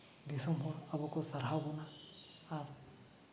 ᱫᱤᱥᱚᱢ ᱦᱚᱲ ᱟᱵᱚ ᱠᱚ ᱥᱟᱨᱦᱟᱣ ᱵᱚᱱᱟ ᱟᱨ